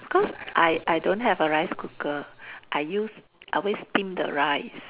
because I I don't have a rice cooker I use I always steam the rice